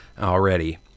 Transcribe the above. already